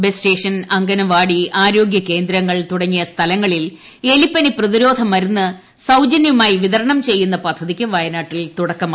bus station അംഗനവ്പിട്ടി ആരോഗ്യ കേന്ദ്രങ്ങൾ തുടങ്ങിയ സ്ഥലങ്ങളിൽ എലിപ്പറ്റി പ്രിതിരോധ മരുന്നുകൾ സൌജന്യമായി വിതരണം ചെയ്യുന്ന പീജ്ഞിക്ക് വയനാട്ടിൽ തുടക്കമായി